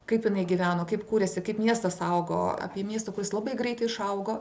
kaip jinai gyveno kaip kūrėsi kaip miestas augo apie miestą kuris labai greit išaugo